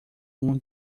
uma